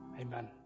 Amen